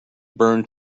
burned